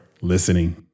listening